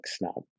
now